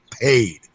paid